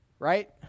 Right